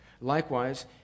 Likewise